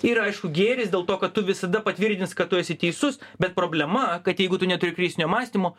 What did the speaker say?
ir aišku gėris dėl to kad tu visada patvirtins kad tu esi teisus bet problema kad jeigu tu neturi kritinio mąstymo